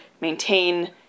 maintain